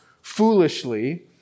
foolishly